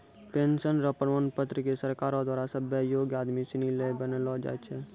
pension र प्रमाण पत्र क सरकारो द्वारा सभ्भे योग्य आदमी सिनी ल बनैलो जाय छै